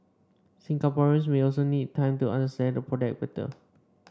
Singaporeans may also need time to understand the product better